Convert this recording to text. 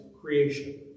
creation